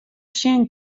sjen